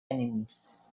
enemies